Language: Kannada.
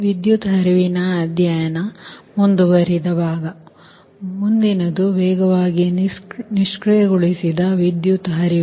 ವಿದ್ಯುತ್ ಹರಿವಿನ ಅಧ್ಯಯನ ಮುಂದುವರಿದ ಭಾಗ ಮುಂದಿನದು ವೇಗವಾಗಿ ನಿಷ್ಕ್ರಿಯಗೊಳಿಸಿದ ವಿದ್ಯುತ್ ಹರಿವು